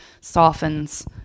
softens